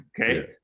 Okay